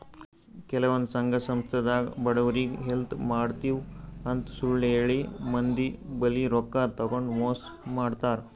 ಕೆಲವಂದ್ ಸಂಘ ಸಂಸ್ಥಾದಾಗ್ ಬಡವ್ರಿಗ್ ಹೆಲ್ಪ್ ಮಾಡ್ತಿವ್ ಅಂತ್ ಸುಳ್ಳ್ ಹೇಳಿ ಮಂದಿ ಬಲ್ಲಿ ರೊಕ್ಕಾ ತಗೊಂಡ್ ಮೋಸ್ ಮಾಡ್ತರ್